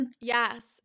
Yes